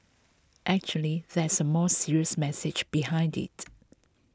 actually there's a more serious message behind it